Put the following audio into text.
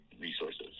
resources